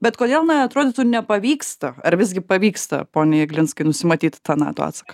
bet kodėl man atrodytų nepavyksta ar visgi pavyksta pone jeglinskai nusimatyti tą nato atsaką